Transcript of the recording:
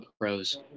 pros